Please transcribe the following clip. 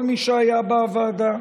כל מי שהיו בוועדה,